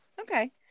Okay